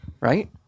right